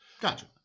Gotcha